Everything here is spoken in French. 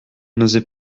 n’osait